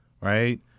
right